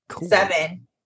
Seven